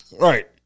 Right